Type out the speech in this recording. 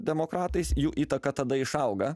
demokratais jų įtaka tada išauga